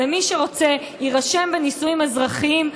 מי שרוצה יירשם בנישואים אזרחיים,